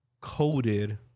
coated